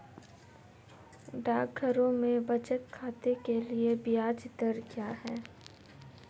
डाकघरों में बचत खाते के लिए ब्याज दर क्या है?